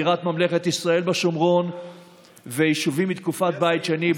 בירת ממלכת ישראל בשומרון ויישובים מתקופת בית שני,